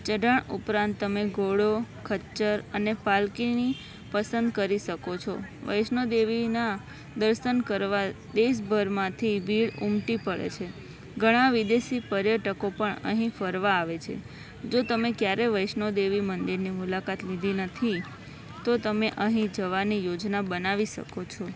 ચઢાણ ઉપરાંત તમે ઘોડો ખચ્ચર અને પાલકીની પસંદ કરી શકો છો વૈષ્ણવદેવીના દર્શન કરવા દેશભરમાંથી ભીડ ઉમટી પડે છે ઘણા વિદેશી પર્યટકો પણ અહીં ફરવા આવે છે જો તમે ક્યારેય વૈષ્ણવદેવી મંદિરની મુલાકાત લીધી નથી તો તમે અહીં જવાની યોજના બનાવી શકો છો